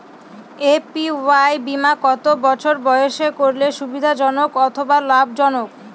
APY বীমা কত বছর বয়সে করলে সুবিধা জনক অথবা লাভজনক?